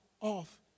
off